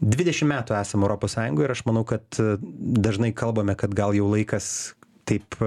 dvidešim metų esam europos sąjungoj aš manau kad dažnai kalbame kad gal jau laikas taip